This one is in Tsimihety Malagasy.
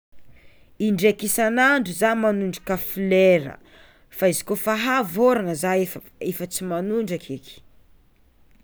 Indraika isan'andro zah magnondraka flera fa izy kôfa avy ôrana zah efa tsy magnodraka eky.